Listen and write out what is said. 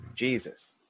Jesus